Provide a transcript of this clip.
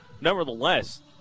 nevertheless